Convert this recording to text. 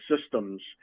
systems